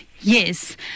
Yes